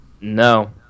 no